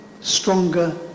stronger